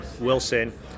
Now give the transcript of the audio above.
Wilson